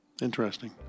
Interesting